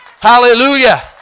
Hallelujah